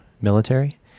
military